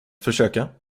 försöka